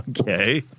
Okay